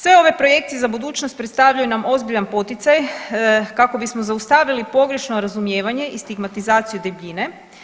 Sve ove projekcije za budućnost predstavljaju nam ozbiljan poticaj kako bismo zaustavili pogrešno razumijevanje i stigmatizaciju debljine.